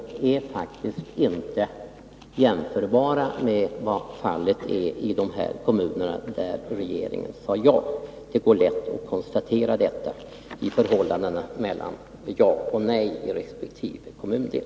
De är faktiskt inte jämförbara med resultaten i de här kommunerna där regeringen sade ja. Det går lätt att konstatera av förhållandena mellan ja och nej i resp. kommundel.